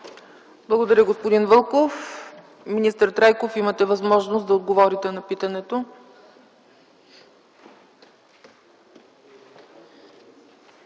Благодаря, господин Вълков. Министър Трайков, имате възможност да отговорите на питането.